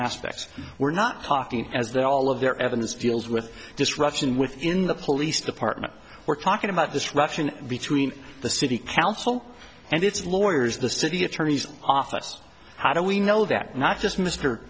aspects we're not talking as though all of their evidence feels with disruption within the police department we're talking about disruption between the city council and its lawyers the city attorney's office how do we know that not just mr